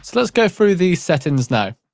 let's go through the settings now.